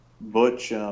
Butch